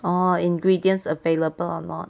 orh ingredients available or not